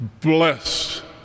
blessed